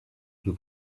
nous